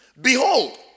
Behold